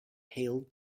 hailed